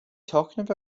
talking